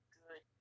good